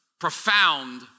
profound